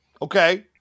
Okay